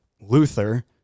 luther